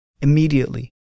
Immediately